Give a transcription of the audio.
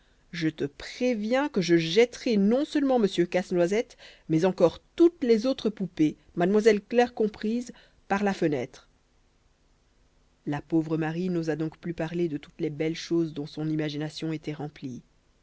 je te préviens que je jetterai non seulement m casse-noisette mais encore toutes les autres poupées mademoiselle claire comprise par la fenêtre la pauvre marie n'osa donc plus parler de toutes les belles choses dont son imagination était remplie